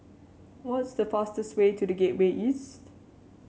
what is the fastest way to The Gateway East